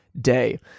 day